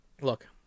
Look